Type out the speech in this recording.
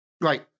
Right